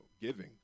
giving